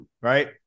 right